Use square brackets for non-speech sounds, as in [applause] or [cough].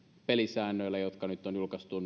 pelisäännöillä jotka nyt on julkaistu [unintelligible]